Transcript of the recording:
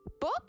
Book